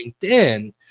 LinkedIn